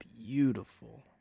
beautiful